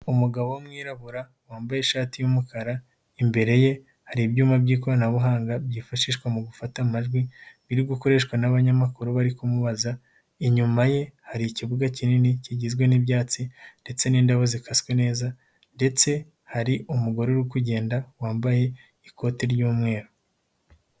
Umugabo w'umwirabura, wambaye ishati y'umukara, imbere ye hari ibyuma by'ikoranabuhanga, byifashishwa mu gufata amajwi, biri gukoreshwa n'abanyamakuru bari kumubaza, inyuma ye hari ikibuga kinini kigizwe n'ibyatsi ndetse n'indabo zikaswe neza ndetse hari umugore uri kugenda wambaye ikote ry'umweru.